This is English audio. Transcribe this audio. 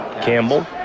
Campbell